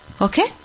Okay